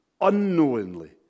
unknowingly